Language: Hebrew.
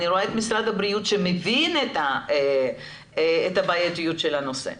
אני רואה פה את משרד הבריאות שמבין את הבעייתיות של הנושא.